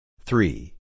Three